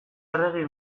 arregi